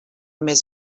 més